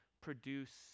produce